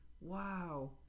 Wow